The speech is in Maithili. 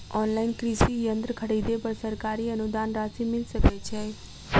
ऑनलाइन कृषि यंत्र खरीदे पर सरकारी अनुदान राशि मिल सकै छैय?